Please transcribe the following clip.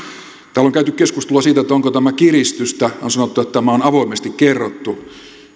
täällä on käyty keskustelua siitä onko tämä kiristystä on sanottu että tämä on avoimesti kerrottu